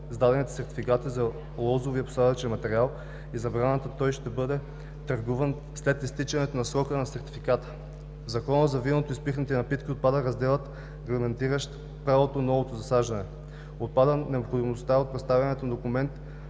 издадените сертификати за лозовия посадъчен материал и забраната той да бъде търгуван след изтичането на срока на сертификата. В Закона за виното и спиртните напитки отпада разделът, регламентиращ правото на ново засаждане. Отпада необходимостта от представянето на документ